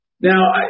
Now